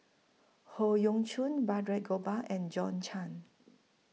Howe Yoon Chong Balraj Gopal and John Clang